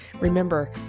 Remember